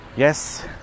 Yes